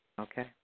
okay